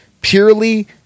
purely